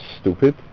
stupid